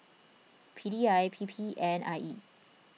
P D I P P and I E